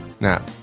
Now